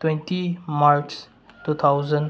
twenty March two thousand